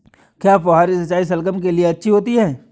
क्या फुहारी सिंचाई शलगम के लिए अच्छी होती है?